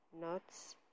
nuts